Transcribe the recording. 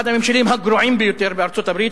אחד הממשלים הגרועים ביותר בארצות-הברית,